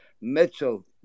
Mitchell